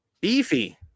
beefy